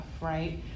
Right